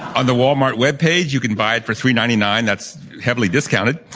on the walmart web page. you can buy it for three. ninety nine. that's heavily discounted.